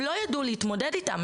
הם לא יידעו להתמודד איתם.